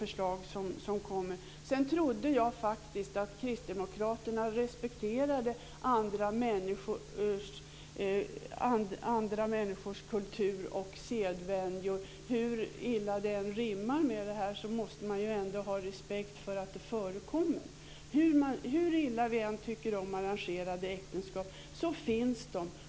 Jag trodde faktiskt att kristdemokraterna respekterade andra människors kultur och sedvänjor. Hur illa de än rimmar med detta måste man ändå ha respekt för att de förekommer. Hur illa vi än tycker om arrangerade äktenskap så finns de.